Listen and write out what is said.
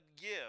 give